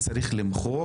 שצריך למחוק.